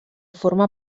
forma